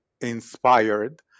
inspired